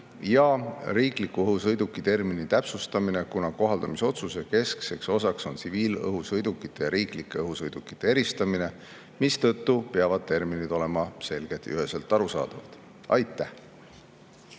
ja riikliku õhusõiduki termini täpsustamisega, kuna kohaldamisotsuse keskseks osaks on tsiviilõhusõidukite ja riiklike õhusõidukite eristamine, mistõttu peavad terminid olema selgelt ja üheselt arusaadavad. Aitäh!